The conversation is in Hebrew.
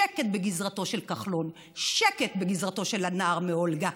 שקט בגזרתו של כחלון, שקט בגזרתו של הנער מאולגה,